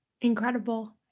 Incredible